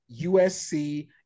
USC